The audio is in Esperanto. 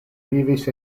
vivis